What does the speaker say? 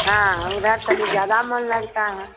हाँ उधर तनी ज्यादा मन लगता है